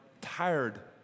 tired